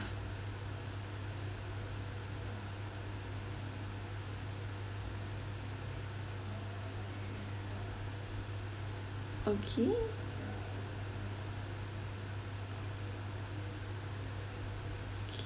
okay